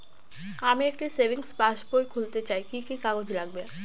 আমি একটি সেভিংস পাসবই খুলতে চাই কি কি কাগজ লাগবে?